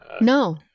No